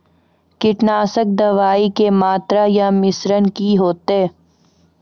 कीटनासक दवाई के मात्रा या मिश्रण की हेते?